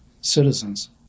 citizens